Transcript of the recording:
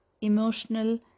emotional